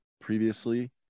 previously